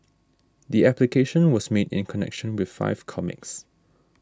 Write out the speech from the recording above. the application was made in connection with five comics